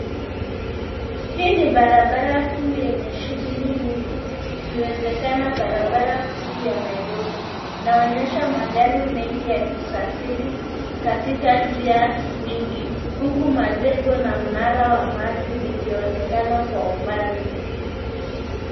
Hii ni barabara kuu yenye shughuli nyingi , ikiwezekana barabara kuu ya Nairobi. Inaonyesha magari mengi yakisafiri katika njia nyingi, huku majengo na mnara wa maji vikionekana kwa umbali.